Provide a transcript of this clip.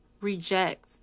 reject